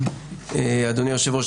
אדוני היושב-ראש,